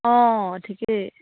অঁ অঁ অঁ ঠিকেই